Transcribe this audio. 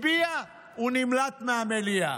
הצביע ונמלט מהמליאה,